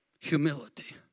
humility